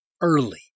early